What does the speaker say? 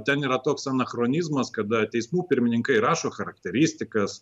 ten yra toks anachronizmas kada teismų pirmininkai rašo charakteristikas